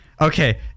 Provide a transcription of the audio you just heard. Okay